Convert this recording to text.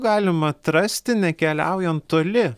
galima atrasti nekeliaujant toli